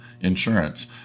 insurance